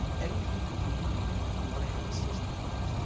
anything that you need you want to have it systematized.